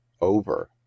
Over